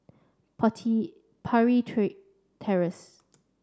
party Parry tree Terrace